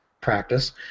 practice